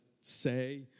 say